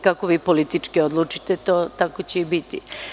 Kako vi politički odlučite, tako će i biti.